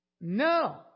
No